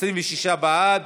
26 בעד,